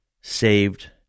saved